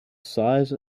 size